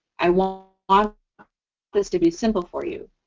i want ah ah this to be simple for you.